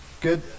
Good